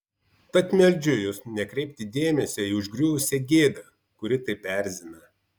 tad meldžiu jus nekreipti dėmesio į užgriuvusią gėdą kuri taip erzina